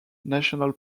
national